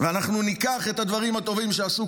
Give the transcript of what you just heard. ואנחנו ניקח את הדברים הטובים שעשו